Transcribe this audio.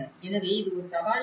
எனவே இது ஒரு சவாலாக மாறும்